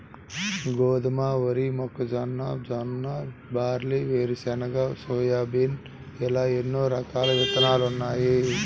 గోధుమ, వరి, మొక్కజొన్న, జొన్న, బార్లీ, వేరుశెనగ, సోయాబీన్ ఇలా ఎన్నో రకాల విత్తనాలున్నాయి